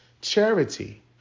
charity